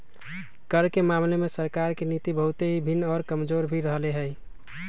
कर के मामले में सरकार के नीति बहुत ही भिन्न और कमजोर भी रहले है